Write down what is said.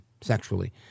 sexually